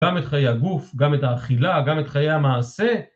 גם את חיי הגוף, גם את האכילה, גם את חיי המעשה.